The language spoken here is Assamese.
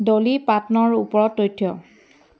ডলি পাৰ্টনৰ ওপৰত তথ্য